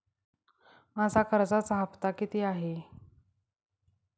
माझा कर्जाचा हफ्ता किती आहे?